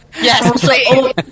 Yes